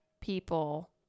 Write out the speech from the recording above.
people